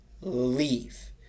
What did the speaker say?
Leave